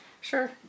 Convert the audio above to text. Sure